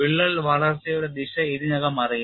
വിള്ളൽ വളർച്ചയുടെ ദിശ ഇതിനകം അറിയാം